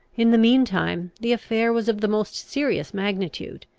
in the mean time the affair was of the most serious magnitude,